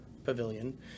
pavilion